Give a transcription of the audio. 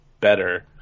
Better